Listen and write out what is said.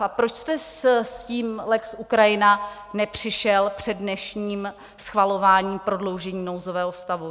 A proč jste s tím lex Ukrajina nepřišel před dnešním schvalováním prodloužení nouzového stavu?